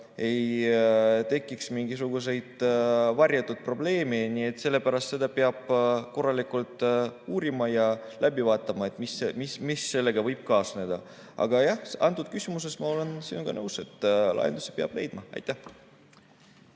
ei tekiks mingisuguseid varjatud probleeme. Nii et sellepärast peab seda korralikult uurima ja [peab] läbi vaatama, mis sellega võib kaasneda. Aga jah, antud küsimuses ma olen sinuga nõus, et lahenduse peab leidma. Rohkem